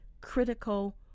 critical